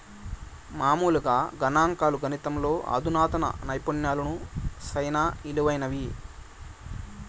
మామూలుగా గణంకాలు, గణితంలో అధునాతన నైపుణ్యాలు సేనా ఇలువైనవి